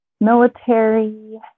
military